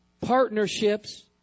partnerships